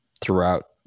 throughout